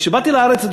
כשבאתי לארץ,